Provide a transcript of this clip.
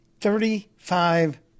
Thirty-five